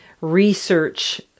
research